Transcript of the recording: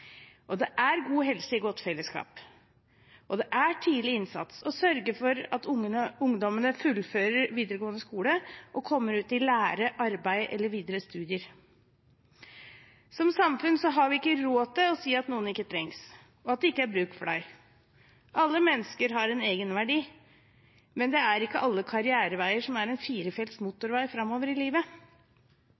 Det er god helse i godt fellesskap, og det er tidlig innsats å sørge for at ungdommene fullfører videregående skole og kommer ut i lære, arbeid eller videre studier. Som samfunn har vi ikke råd til å si at noen ikke trengs, og at det ikke er bruk for deg. Alle mennesker har en egenverdi, men det er ikke alle karriereveier som er en firefelts motorvei framover i livet.